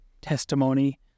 testimony